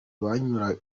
banyuranye